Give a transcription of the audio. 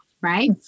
right